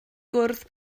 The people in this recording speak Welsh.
gwrdd